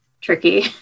tricky